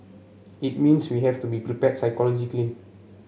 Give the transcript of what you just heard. it means we have to be prepared psychologically